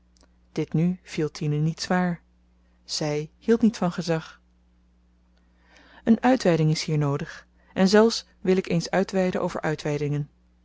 dit nu viel tine niet zwaar zy hield niet van gezag een uitweiding is hier noodig en zelfs wil ik eens uitweiden over uitweidingen